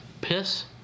piss